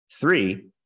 three